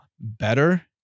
better